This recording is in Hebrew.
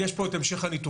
יש פה את המשך הניתוחים,